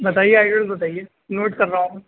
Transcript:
بتائیے ایڈریس بتائیے نوٹ کر رہا ہوں